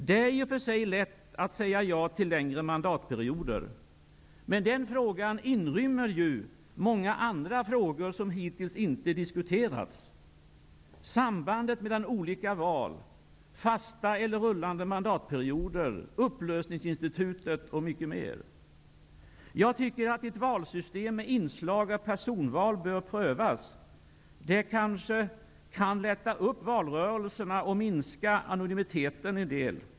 Det är i och för sig lätt att säga ja till längre mandatperioder. Men den frågan rymmer ju många andra frågor, som hittills inte diskuterats -- sambandet mellan olika val, fasta eller rullande mandatperioder, uppplösningsinstitutet och mycket mer. Jag tycker att ett valsystem med inslag av personval bör prövas. Det kan kanske lätta upp valrörelserna och minska anonymiteten en del.